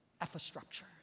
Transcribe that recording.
infrastructure